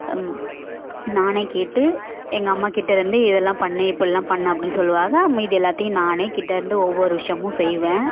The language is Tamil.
அம் நானே கேட்டு எங்கள் அம்மா கிட்டே இருந்து இதெல்லாம் பண்ணி இப்பிடில்லாம் பண்ணு அப்படின்னு சொல்லுவாங்க மீதி எல்லாத்தையும் நானே கிட்டே இருந்து ஒவ்வொரு விஷயமும் செய்வேன்